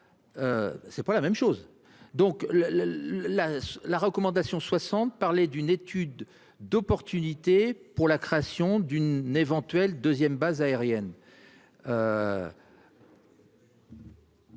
C'est pas la même chose. Donc la la la la recommandation 60 parler d'une étude d'opportunité pour la création d'une éventuelle 2ème base aérienne.